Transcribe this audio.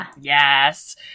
Yes